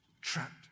trapped